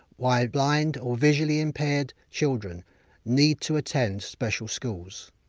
why blind or visually impaired children need to attend special schools.